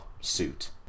suit